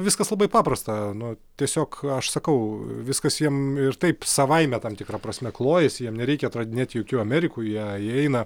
viskas labai paprasta nu tiesiog aš sakau viskas jiem ir taip savaime tam tikra prasme klojasi jiem nereikia atradinėt jokių amerikų jie jie eina